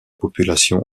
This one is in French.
population